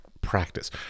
practice